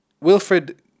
Wilfred